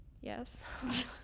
yes